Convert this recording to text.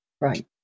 right